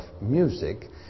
music